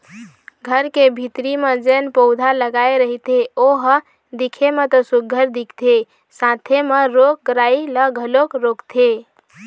घर के भीतरी म जेन पउधा लगाय रहिथे ओ ह दिखे म तो सुग्घर दिखथे साथे म रोग राई ल घलोक रोकथे